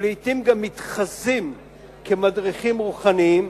שלעתים גם מתחזים כמדריכים רוחניים,